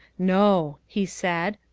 no, he said,